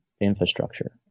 infrastructure